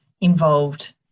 involved